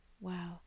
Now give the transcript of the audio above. Wow